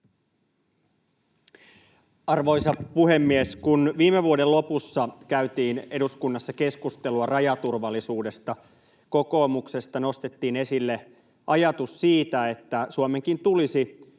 Arvoisa puhemies! Kun viime vuoden lopussa käytiin eduskunnassa keskustelua rajaturvallisuudesta, kokoomuksesta nostettiin esille ajatus siitä, että Suomenkin tulisi